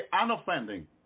unoffending